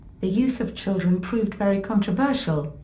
the use of children proved very controversial.